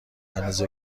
اندازه